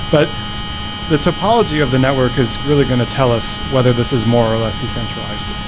but the topology of the network is really going to tell us whether this is more or less decentralized.